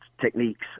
techniques